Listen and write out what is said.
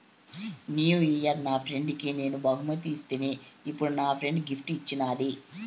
new year నా ఫ్రెండ్కి నేను బహుమతి ఇస్తిని, ఇప్పుడు నా ఫ్రెండ్ గిఫ్ట్ ఇచ్చిన్నాది